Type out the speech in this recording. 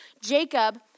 Jacob